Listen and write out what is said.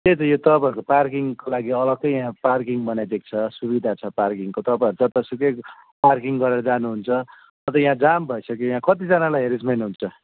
त्यही त यो तपाईँहरूको पार्किङको लागि अलगै यहाँ पार्किङ बनाइदिएको छ सुविधा छ पार्किङको तपाईँहरू जतासुकै पार्किङ गरेर जानुहुन्छ अन्त यहाँ जाम भइसक्यो यहाँ कतिजनालाई हेरेस्मेन्ट हुन्छ